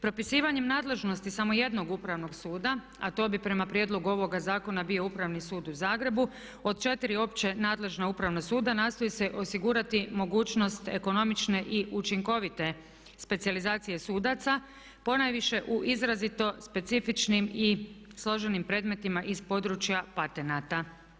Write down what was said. Propisivanjem nadležnosti samo jednog Upravnog suda a to bi prema prijedlogu ovoga zakona bio Upravni sud u Zagrebu od četiri opće nadležna Upravna suda nastoji se osigurati mogućnost ekonomične i učinkovite specijalizacije sudaca ponajviše u izrazito specifičnim i složenim predmetima iz područja patenata.